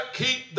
keep